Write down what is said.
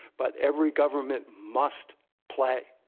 but every government must play.